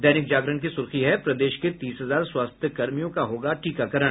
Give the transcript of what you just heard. दैनिक जागरण की सुर्खी है प्रदेश के तीस हजार स्वास्थ्यकर्मियों का होगा टीकाकरण